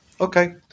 Okay